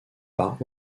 par